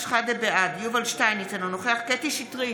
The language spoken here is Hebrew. בעד יובל שטייניץ, אינו נוכח קטי קטרין שטרית,